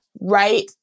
Right